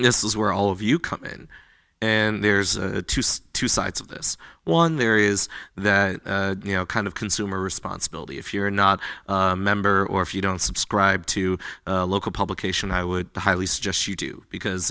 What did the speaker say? this is where all of you come in and there's two sides of this one there is that you know kind of consumer responsibility if you're not a member or if you don't subscribe to a local publication i would highly suggest you do because